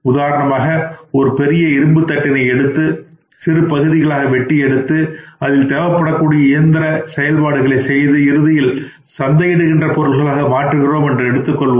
உதாரணமாக ஒரு பெரிய இரும்பு தட்டினை எழுத்து சிறு சிறு பகுதிகளாக வெட்டி எடுத்து அதில் தேவைப்படக்கூடிய இயந்திர செயல்பாடுகளை செய்து இறுதியில் சந்தையிடுகின்ற பொருளாக மாற்றுகிறோம் என்று எடுத்துக் கொள்வோம்